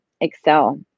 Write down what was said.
excel